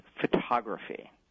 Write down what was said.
photography